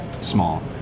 Small